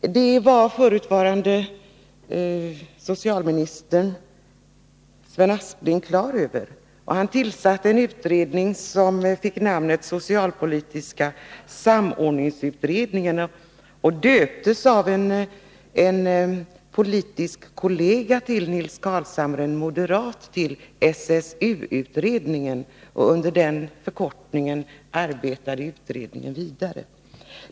Det var förutvarande socialministern Sven Aspling klar över, och han tillsatte en utredning som fick namnet socialpolitiska samordningsutredningen och döptes av en politisk kollega till Nils Carlshamre, en moderat, till SSU-utredningen. Under den förkortningen arbetade utredningen vidare.